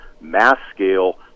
mass-scale